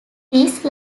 these